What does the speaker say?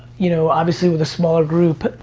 you know, obviously with a smaller group,